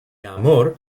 amor